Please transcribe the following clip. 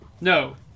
No